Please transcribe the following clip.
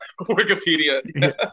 Wikipedia